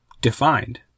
defined